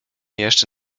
jeszcze